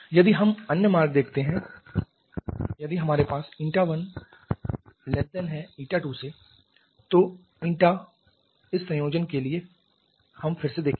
यदि हम अन्य मार्ग देखते हैं यदि हमारे पास η1 η2 है तो η इस संयोजन के लिए हम फिर से देखेंगे